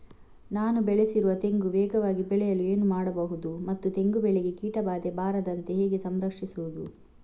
ನಾನು ಬೆಳೆಸಿರುವ ತೆಂಗು ವೇಗವಾಗಿ ಬೆಳೆಯಲು ಏನು ಮಾಡಬಹುದು ಮತ್ತು ತೆಂಗು ಬೆಳೆಗೆ ಕೀಟಬಾಧೆ ಬಾರದಂತೆ ಹೇಗೆ ಸಂರಕ್ಷಿಸುವುದು?